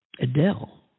Adele